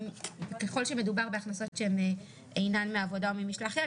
ככל שמדובר בהכנסות שאינן מעבודה או ממשלח יד.